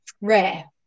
rare